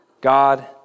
God